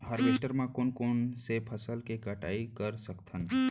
Harvester म कोन कोन से फसल के कटाई कर सकथन?